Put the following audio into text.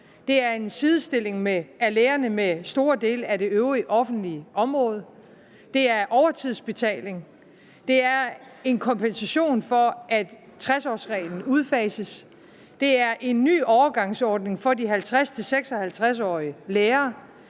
Det er en sidestilling af lærerne med store dele af det øvrige offentlige område. Det er overtidsbetaling. Det er en kompensation for, at 60-årsreglen udfases. Det er en ny overgangsordning for de 50-56-årige lærere.